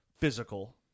physical